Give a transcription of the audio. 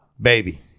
baby